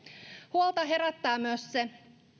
huolta herättää myös se